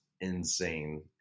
insane